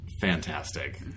fantastic